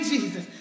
Jesus